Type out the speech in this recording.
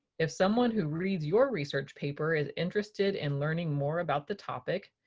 if someone who reads your research paper is interested in learning more about the topic,